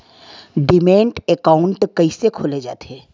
Demat account कइसे खोले जाथे?